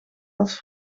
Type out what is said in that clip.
als